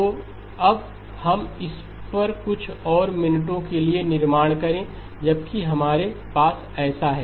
तो अब हम इस पर कुछ और मिनटों के लिए निर्माण करें जबकि हमारे पास ऐसा है